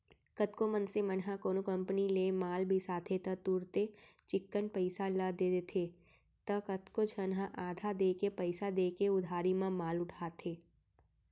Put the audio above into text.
कतको मनसे मन ह कोनो कंपनी ले माल बिसाथे त तुरते चिक्कन पइसा ल दे देथे त कतको झन ह आधा देके पइसा देके उधारी म माल उठाथे